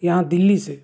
یہاں دلی سے